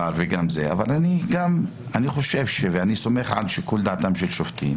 למעצר וגם בזה ואני סומך על שיקול דעתם של שופטים